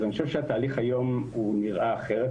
אז אני חושב שהתהליך היום נראה אחרת.